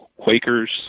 Quakers